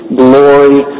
glory